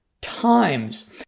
times